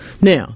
Now